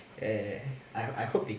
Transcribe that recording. ya ya ya I I hope they